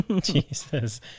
jesus